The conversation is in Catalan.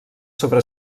sobre